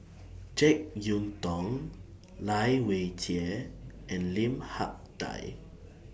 Jek Yeun Thong Lai Weijie and Lim Hak Tai